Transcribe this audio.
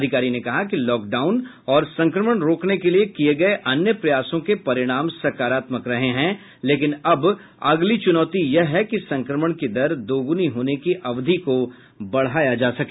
अधिकारी ने कहा कि लॉकडाउन और संक्रमण रोकने के लिए किए गए अन्य प्रयासों के परिणाम सकारात्मक रहे हैं लेकिन अब अगली चुनौती यह है कि संक्रमण की दर दोगुनी होने की अवधि को बढाया जा सके